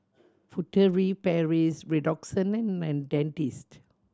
Furtere Paris Redoxon and Dentiste